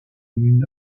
une